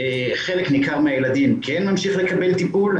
חלק ניכר מהילדים כן ממשיך לקבל טפול,